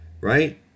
right